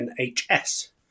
NHS